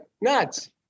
nuts